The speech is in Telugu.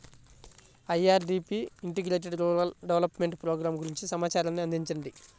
IRDP integrated rural development program గురించి సమాచారాన్ని అందించండి?